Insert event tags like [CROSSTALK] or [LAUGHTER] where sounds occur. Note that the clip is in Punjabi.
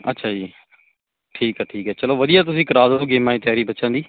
ਅੱਛਾ ਜੀ ਠੀਕ ਆ ਠੀਕ ਆ ਚਲੋ ਵਧੀਆ ਤੁਸੀਂ ਕਰਾ ਦਿਓ [UNINTELLIGIBLE] ਗੇਮਾਂ ਦੀ ਤਿਆਰੀ ਬੱਚਿਆਂਂ ਦੀ